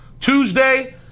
Tuesday